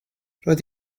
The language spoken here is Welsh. roedd